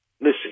listen